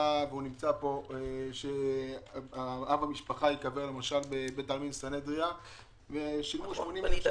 שרצתה שאב המשפחה ייקבר בבית העלמין סנהדריה ושילמו 80,000 שקל.